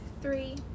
three